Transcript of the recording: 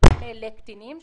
שפונה לקטינים,